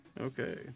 okay